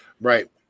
Right